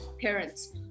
parents